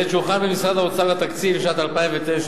בעת שהוכן במשרד האוצר התקציב לשנת 2009,